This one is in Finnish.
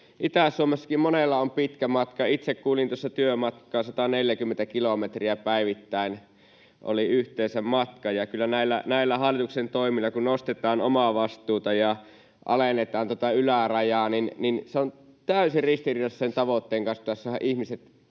Itä-Suomessakin monella on pitkä matka. Itse kuljin tässä työmatkaa, 140 kilometriä päivittäin oli yhteensä matkaa, ja kyllä näillä hallituksen toimilla, kun nostetaan omavastuuta ja alennetaan tätä ylärajaa, niin se on täysin ristiriidassa sen tavoitteen kanssa, että pitäisi saada ihmiset